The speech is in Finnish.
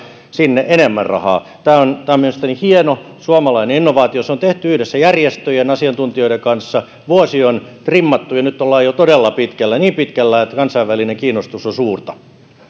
sinne enemmän rahaa tämä on tämä on mielestäni hieno suomalainen innovaatio se on tehty yhdessä järjestöjen asiantuntijoiden kanssa vuosi on trimmattu ja nyt ollaan jo todella pitkällä niin pitkällä että kansainvälinen kiinnostus on suurta